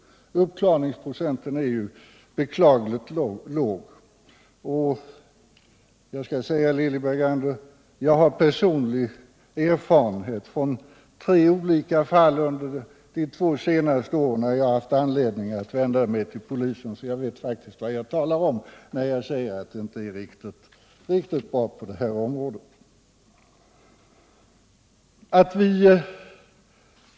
Uppklarningsprocenten är ju beklagligt låg. Jag har personlig erfarenhet från tre olika fall under de två senaste åren, då jag har haft anledning att vända mig till polisen, så jag vet faktiskt vad jag talar om när jag säger att det inte är så bra ställt på detta område.